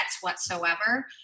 whatsoever